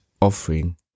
offering